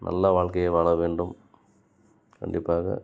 நல்ல வாழ்க்கையை வாழ வேண்டும் கண்டிப்பாக